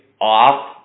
off